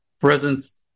presence